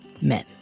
Men